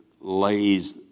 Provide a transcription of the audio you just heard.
lays